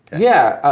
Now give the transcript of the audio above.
yeah,